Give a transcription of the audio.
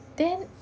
then